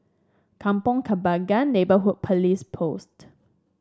Kampong Kembangan Neighbourhood Police Post